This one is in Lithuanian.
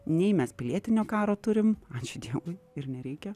nei mes pilietinio karo turim ačiū dievui ir nereikia